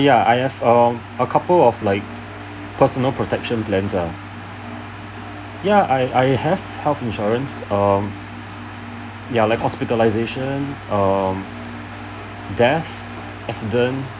ya I have a a couple of like personal protection plans uh ya I I have health insurance uh ya like hospitalization uh death accident